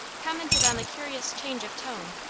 commented on the curious change of tone,